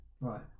Right